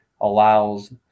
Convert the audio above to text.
allows